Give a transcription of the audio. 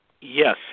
Yes